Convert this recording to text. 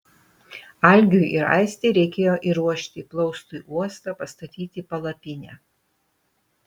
algiui ir aistei reikėjo įruošti plaustui uostą pastatyti palapinę